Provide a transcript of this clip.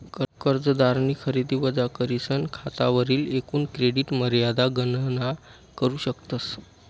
कर्जदारनी खरेदी वजा करीसन खातावरली एकूण क्रेडिट मर्यादा गणना करू शकतस